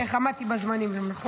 איך עמדתי בזמנים גם, נכון?